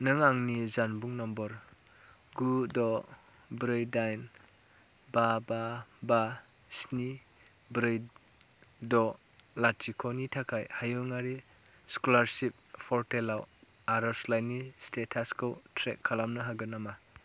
नों आंनि जानबुं नम्बर गु द' ब्रै दाइन बा बा बा स्नि ब्रै द' लाथिख'नि थाखाय हायुंआरि स्कलारसिप पर्टेलाव आरजलाइनि स्टेटासखौ ट्रेक खालामनो हागोन नामा